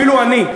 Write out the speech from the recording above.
אפילו אני,